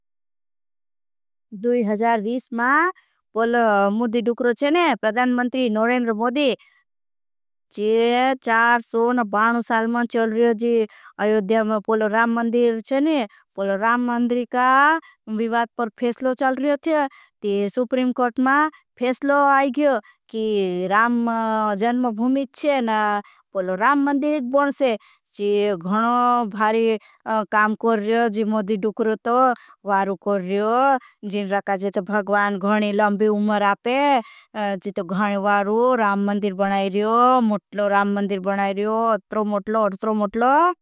में पलो मुद्धी डुकरो प्रदान मंत्री नोरेन रोबोदी चे साल। में चल रहा जी आयोध्या में पलो राम मंदीर चे नी पलो राम मंदीर का। विवात पर फेशलो चल रहा थे ती सुप्रीम कौट मा फेशलो आय गयो की। राम जनम भुमीच चे ना पलो राम मंदीर इत बन से। जी घणो भारी काम कर रहे जी मुद्धी डुकरो तो वारू कर रहे यो जी। राका जी तो भगवान घणी लंबी उमर आपे जी तो घणी वारू राम मंदीर। बनाय रहे मुटलो राम मंदिर बनायरियो अतरो मुटलो अरतरो मुटलो।